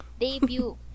Debut